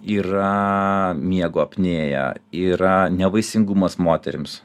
yra miego apnėja yra nevaisingumas moterims